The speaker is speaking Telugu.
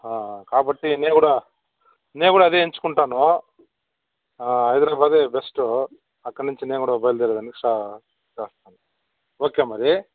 కాబట్టి నేను కూడా నేను కూడా అదే ఎంచుకుంటాను హైదరాబాదే బెస్ట్ అక్కడ నుంచి నేను కూడా బయలుదేరి ఓకే మరీ